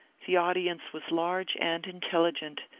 the audience was large and intelligent,